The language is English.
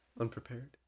Unprepared